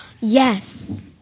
Yes